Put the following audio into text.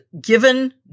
given